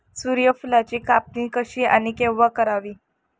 सूर्यफुलाची कापणी कशी आणि केव्हा करावी?